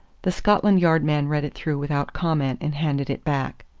the scotland yard man read it through without comment and handed it back.